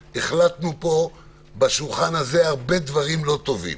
החלטנו פה בשולחן הזה הרבה מאוד דברים לא טובים,